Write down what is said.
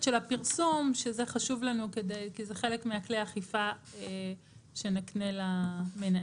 של הפרסום שזה חשוב לנו כי זה חלק מכלי האכיפה שנקנה למנהל.